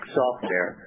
software